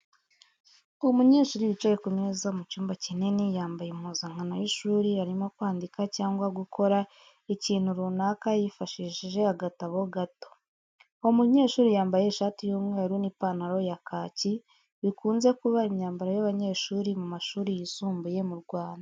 Umunyeshuri wicaye ku meza mu cyumba kinini yambaye impuzankano y’ishuri arimo kwandika cyangwa gukora ikintu runaka yifashishije agatabo gato. Uwo munyeshuri yambaye ishati y’umweru n’ipantaro ya kacyi bikunze kuba imyambaro y’abanyeshuri mu mashuri yisumbuye mu Rwanda.